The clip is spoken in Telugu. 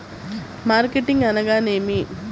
మార్కెటింగ్ అనగానేమి?